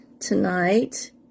Tonight